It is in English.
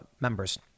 members